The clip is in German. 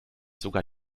sogar